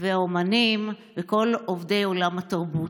והאומנים וכל עובדי עולם התרבות.